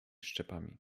szczepami